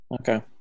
Okay